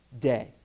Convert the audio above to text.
day